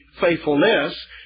faithfulness